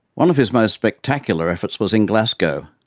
one of his most spectacular efforts was in glasgow,